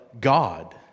God